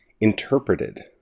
interpreted